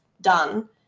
done